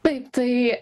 taip tai